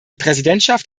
präsidentschaft